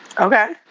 Okay